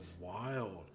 wild